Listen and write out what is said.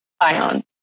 ion